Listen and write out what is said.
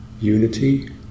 Unity